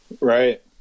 Right